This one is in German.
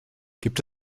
gibt